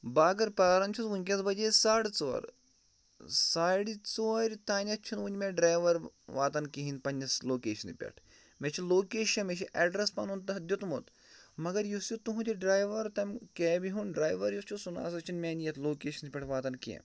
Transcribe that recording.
بہٕ اگر پیٛاران چھُس وٕنۍکٮ۪نَس بَجے ساڑٕ ژور ساڑِ ژور تامَتھ چھُنہٕ وٕنہِ مےٚ ڈرٛایوَر واتان کِہیٖنۍ پنٛنِس لوکیشنہِ پٮ۪ٹھ مےٚ چھِ لوکیشَن مےٚ چھِ اٮ۪ڈرٮ۪س پَنُن تَتھ دیُتمُت مگر یُس یہِ تُہُنٛد یہِ ڈرٛایوَر تَمہِ کیبہِ ہُنٛد ڈرٛایوَر یُس چھُ سُہ نہ سا چھُنہٕ میٛانہِ یَتھ لوکیشنہِ پٮ۪ٹھ واتان کیٚنٛہہ